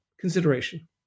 consideration